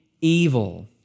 evil